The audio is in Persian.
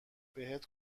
بهت